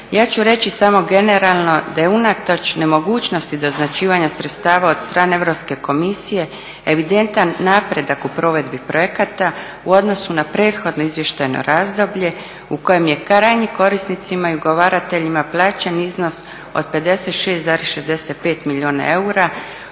ja ću reći samo generalno da je unatoč nemogućnosti doznačivanja sredstava od strane Europske komisije evidentan napredak u provedbi projekata u odnosu na prethodno izvještajno razdoblje u kojem je krajnjim korisnicima i ugovarateljima plaćen iznos od 56,65 milijuna eura